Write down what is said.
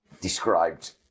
described